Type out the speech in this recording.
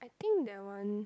I think that one